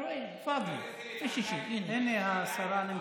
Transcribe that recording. אתה רואה,